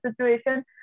situation